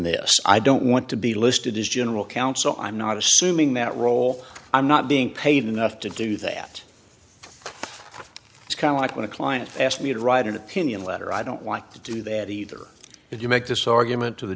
this i don't want to be listed as general counsel i'm not assuming that role i'm not being paid enough to do that it's kind of like when a client asked me to write an opinion letter i don't want to do that either if you make this argument to the